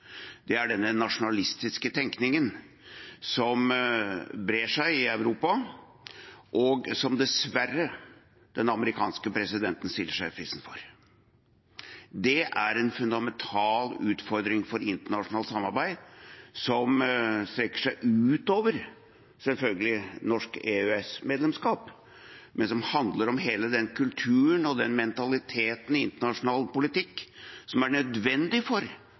Det er denne nasjonalistiske tenkningen som brer seg i Europa, og som den amerikanske presidenten dessverre stiller seg i spissen for. Det er en fundamental utfordring for internasjonalt samarbeid, som selvfølgelig strekker seg utover norsk EØS-medlemskap, men som handler om hele den kulturen og den mentaliteten i internasjonal politikk som er nødvendig for